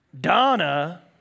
Donna